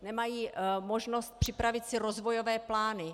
Nemají možnost připravit si rozvojové plány.